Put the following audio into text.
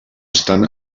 estan